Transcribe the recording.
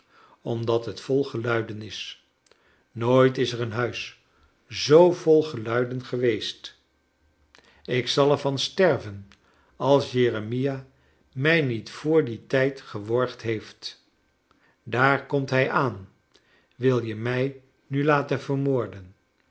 omdat het vol geluiden is nooit is er een huis zoo vol geluiden geweest ik zal er van sterven als jeremia mij niet voor dien tijd geworgd heeft daar komt hij aan wil ie mij nu laten vermoorden